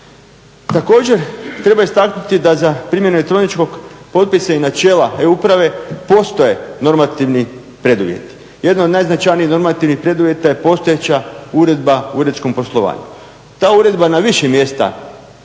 Također treba istaknuti da za primjenu elektroničkog potpisa i načela e-uprave postoje normativni preduvjeti. Jedan od najznačajnijih normativnih preduvjeta je postojeća Uredba o uredskom poslovanju. Ta Uredba na više mjesta